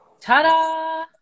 Ta-da